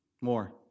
more